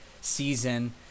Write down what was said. season